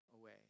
away